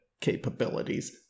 capabilities